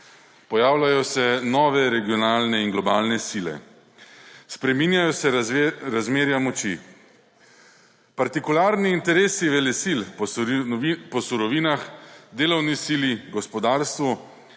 Pojavljajo se nove regionalne in globalne sile, spreminjajo se razmerja moči. Partikularni interesi velesil po surovinah, delovni sili, gospodarstvu,